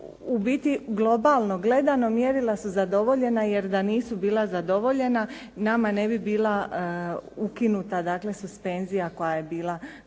u biti globalno gledano, mjerila su zadovoljena jer da nisu bila zadovoljena nama ne bi bila ukinuta dakle suspenzija koja je bila